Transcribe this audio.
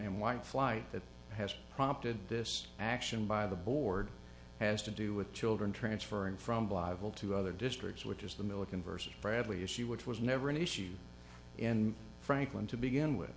and white flight that has prompted this action by the board has to do with children transferring from bible to other districts which is the milliken versus bradley issue which was never an issue in franklin to begin with